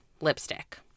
lipstick